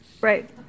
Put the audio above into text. right